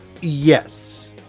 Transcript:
Yes